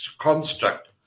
construct